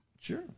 Sure